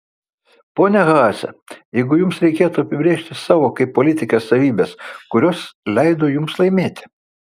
ponia haase jeigu jums reikėtų apibrėžti savo kaip politikės savybes kurios leido jums laimėti